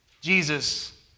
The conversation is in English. Jesus